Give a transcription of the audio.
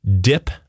dip